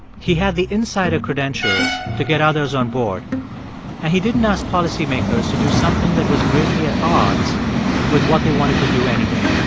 he had the insider credentials to get others on board. and he didn't ask policymakers to do something something that was greatly at odds with what they wanted to do anyway.